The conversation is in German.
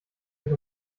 sich